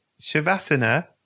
Shavasana